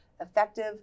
effective